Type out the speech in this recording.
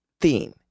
theme